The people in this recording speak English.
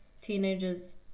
teenagers